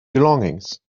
belongings